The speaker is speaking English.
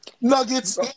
Nuggets